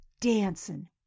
dancing